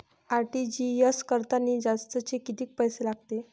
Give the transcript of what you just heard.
RTGS करतांनी जास्तचे कितीक पैसे लागते?